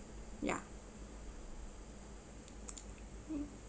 ya